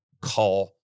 call